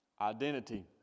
identity